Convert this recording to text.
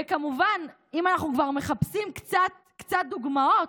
וכמובן, אם אנחנו כבר מחפשים קצת דוגמאות,